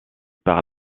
par